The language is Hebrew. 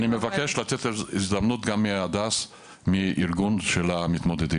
אז אני מבקש לתת הזדמנות גם להדס מארגון המתמודדים,